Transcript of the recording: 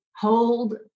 hold